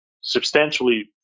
substantially